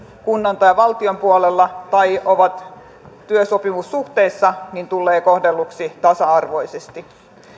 kunnan tai valtion puolella tai ovat työsopimussuhteessa tulevat kohdelluiksi tasa arvoisesti